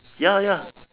ya lah ya